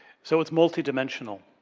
so, it's multi-dimensional.